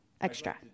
extra